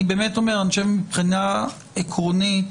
אני חושב שמבחינה עקרונית